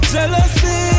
Jealousy